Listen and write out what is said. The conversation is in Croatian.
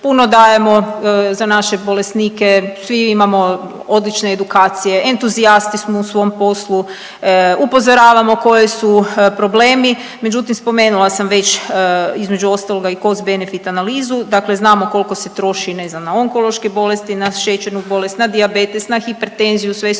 puno dajemo za naše bolesnike, svi imamo odlične edukacije, entuzijasti smo u svom poslu, upozoravamo koje su problemi, međutim spomenula sam već između ostaloga i cost benefit analizu. Dakle, znamo koliko se troši ne znam na onkološke bolesti, na šećernu bolest, na dijabetes, na hipertenziju sve su